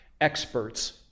experts